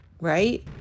right